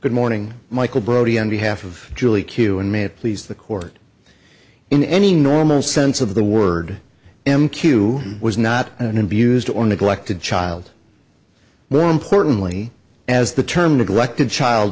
good morning michael brody on behalf of julie q and may it please the court in any normal sense of the word m q was not an abused or neglected child more importantly as the term neglected child